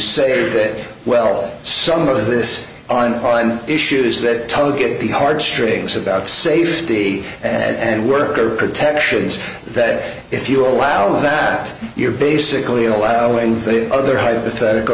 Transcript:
say that well some of this on issues that tug at the heartstrings about safety and worker protections that if you allow that you're basically allowing other hypothetical